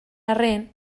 arren